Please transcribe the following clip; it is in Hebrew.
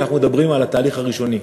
אנחנו מדברים על התהליך הראשוני.